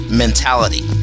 mentality